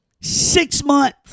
six-month